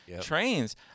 Trains